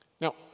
now